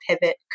pivot